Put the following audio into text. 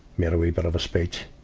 made a wee bit of a speech.